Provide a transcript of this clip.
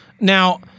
Now